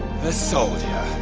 the soldier, a